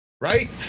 right